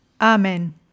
Amen